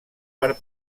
per